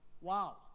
Wow